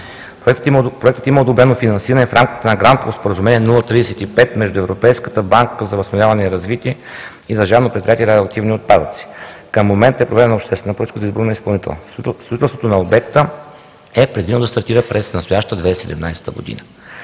Проектът има одобрено финансиране в рамките на Грантово споразумение 035 между Европейската банка за възстановяване и развитие и Държавно предприятие „Радиоактивни отпадъци“. Към момента е проведена обществена поръчка за избор на изпълнител. Строителството на обекта е предвидено да стартира през настоящата 2017 г.